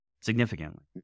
significantly